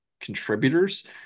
contributors